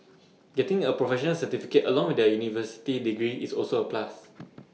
getting A professional certificate along with their university degree is also A plus